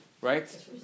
Right